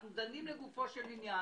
אנחנו דנים לגופו של עניין.